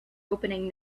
opening